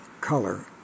color